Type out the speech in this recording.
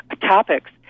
topics